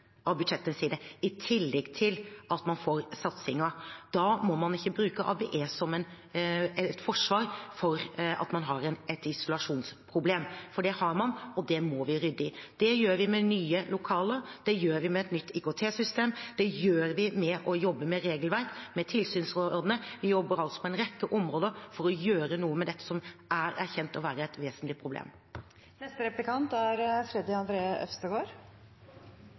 av budsjettene sine, i tillegg til at man får satsinger. Da må man ikke bruke ABE som et forsvar for at man har et isolasjonsproblem – for det har man, og det må vi rydde i. Det gjør vi med nye lokaler, det gjør vi med et nytt IKT-system, det gjør vi med å jobbe med regelverk, med tilsynsrådene. Vi jobber altså på en rekke områder for å gjøre noe med dette som er erkjent å være et vesentlig problem. I den særskilte meldingen fra Sivilombudsmannen er